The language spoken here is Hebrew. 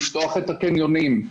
לפתוח את הקניונים וכו'.